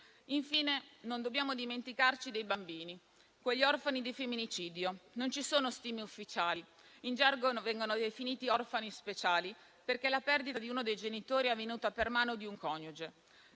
Infine, non dobbiamo dimenticarci dei bambini, degli orfani di femminicidio. Non ci sono stime ufficiali. In gergo vengono definiti orfani speciali, perché la perdita di uno dei genitori è avvenuta per mano di un coniuge,